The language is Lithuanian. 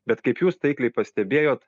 bet kaip jūs taikliai pastebėjot